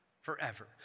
Forever